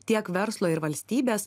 tiek verslo ir valstybės